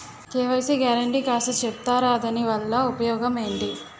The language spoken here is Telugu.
కే.వై.సీ గ్యారంటీ కాస్త చెప్తారాదాని వల్ల ఉపయోగం ఎంటి?